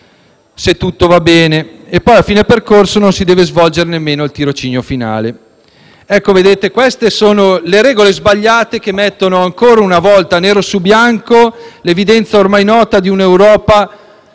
percorso nei suddetti Paesi non si deve svolgere nemmeno il tirocinio finale. Queste sono le regole sbagliate che mettono ancora una volta nero su bianco l'evidenza ormai nota di un'Europa